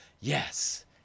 Yes